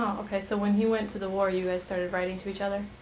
okay. so when he went to the war, you guys started writing to each other?